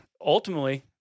ultimately